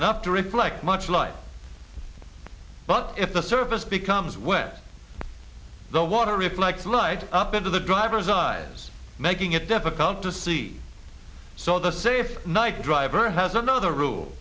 enough to reflect much light but if the surface becomes wet the water reply could light up into the driver's eyes making it difficult to see so the safe night driver has another rule